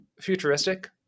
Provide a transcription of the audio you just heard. futuristic